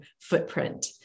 footprint